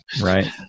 Right